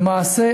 למעשה,